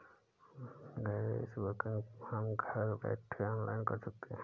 gas booking हम घर बैठे ऑनलाइन कर सकते है